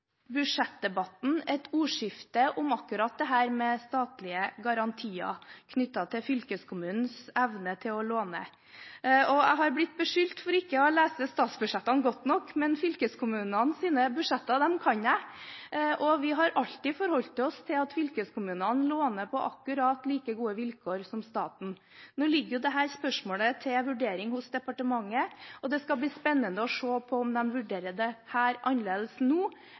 budsjettdebatten et ordskifte om akkurat dette med statlige garantier knyttet til fylkeskommunens evne til å låne. Jeg har blitt beskyldt for ikke å lese statsbudsjettene godt nok, men fylkeskommunenes budsjett, de kan jeg. Vi har alltid forholdt oss til at fylkeskommunene låner på akkurat like gode vilkår som staten. Nå ligger jo dette spørsmålet til vurdering hos departementet, og det skal bli spennende å se om de vurderer dette annerledes nå